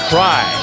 Cry